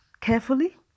carefully